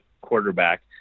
quarterback